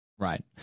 Right